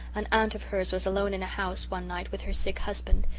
an aunt of hers was alone in a house one night with her sick husband.